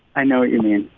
i know what you mean.